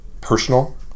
personal